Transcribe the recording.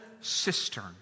cistern